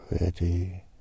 Ready